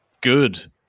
good